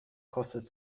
kostet